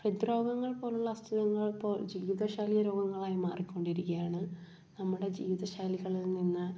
ഹൃദ്രോഗങ്ങൾ പോലുള്ള അസുഖങ്ങൾ ഇപ്പോൾ ജീവിത ശൈലി രോഗങ്ങളായി മാറിക്കൊണ്ടിരിക്കുകയാണ് നമ്മുടെ ജീവിത ശൈലികളിൽ നിന്ന്